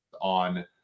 on